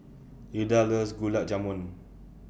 Ilda loves Gulab Jamun